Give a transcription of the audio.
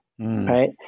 Right